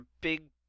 big